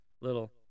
little